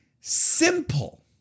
simple